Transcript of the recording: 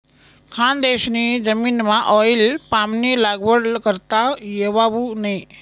खानदेशनी जमीनमाऑईल पामनी लागवड करता येवावू नै